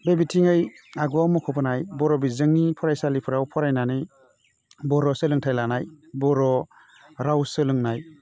बे बिथिङै आगुआव मख'बोनाय बर' बिजोंनि फरायसालिफोराव फरायनानै बर' सोलोंथाइ लानाय बर' राव सोलोंनाय